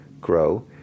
grow